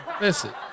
listen